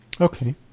Okay